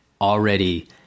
already